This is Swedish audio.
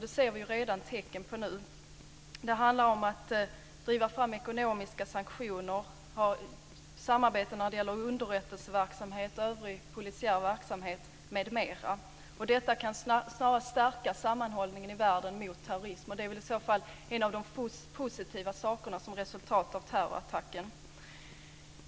Det ser vi tecken på redan nu. Det handlar om att driva fram ekonomiska sanktioner, samarbete när det gäller underrättelseverksamhet och övrig polisiär verksamhet m.m. Detta kan stärka sammanhållningen i världen mot terrorism, och det är väl i så fall en av de få positiva saker som blivit resultat av terrorattacken.